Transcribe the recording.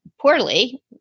poorly